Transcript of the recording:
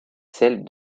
celles